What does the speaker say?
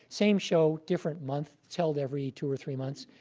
same show, different month. it's held every two or three months.